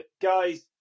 Guys